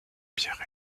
pierre